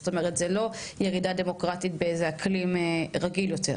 זאת אומרת זה לא ירידה דמוקרטי באיזה אקלים רגיל יותר,